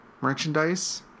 merchandise